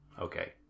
Okay